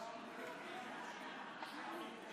חברת הכנסת סטרוק,